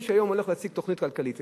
מי שהיום הולך להציג תוכנית כלכלית,